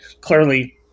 clearly